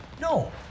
No